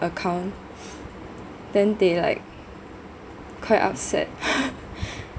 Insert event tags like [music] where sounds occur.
account then they like quite upset [laughs]